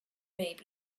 baby